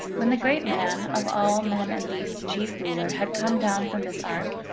when the great man, of all men and beasts chief ruler, had come down from this ark,